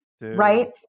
Right